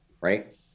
Right